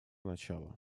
начало